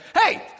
Hey